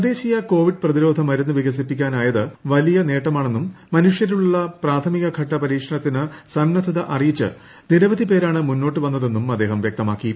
തദ്ദേശീയ കോവിഡ് പ്രതിരോധ മരുന്ന് വികസിപ്പിക്കാനായത് വലിയ നേട്ടമാണെന്നും മനുഷ്യരിലുള്ള പ്രാഥമിക് ഘട്ട പരീക്ഷണത്തിന് സന്നദ്ധത അറിയിച്ച് നിരവധി പേരാണ് മുന്നോട്ട് വന്നതെന്നും അദ്ദേഹം വ്യക്തമാക്കി